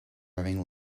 having